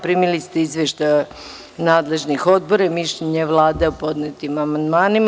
Primili ste izveštaje nadležnih odbora i mišljenje Vlade o podnetim amandmanima.